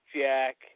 Jack